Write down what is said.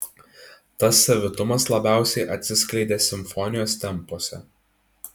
tas savitumas labiausiai atsiskleidė simfonijos tempuose